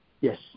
Yes